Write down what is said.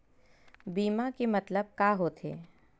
बीमा के मतलब का होथे?